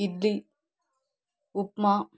idli upma